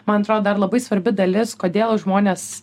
man atrodo dar labai svarbi dalis kodėl žmonės